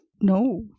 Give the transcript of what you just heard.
No